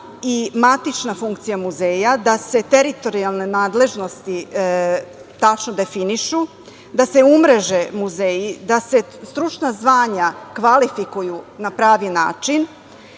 i matična funkcija muzeja, da se teritorijalne nadležnosti tačno definišu, da se umreže muzeji, da se stručna zvanja kvalifikuju na pravi način,